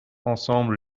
ensemble